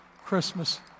Christmas